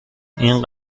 این